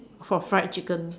for fried chicken